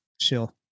Sure